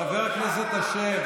חבר הכנסת אשר.